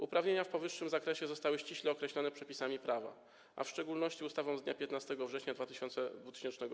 Uprawnienia w powyższym zakresie zostały ściśle określone przepisami prawa, a w szczególności ustawą z dnia 15 września 2000 r.